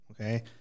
Okay